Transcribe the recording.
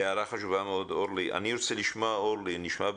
אני רוצה לשמוע מנהל